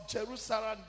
Jerusalem